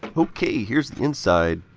ok, here's the inside.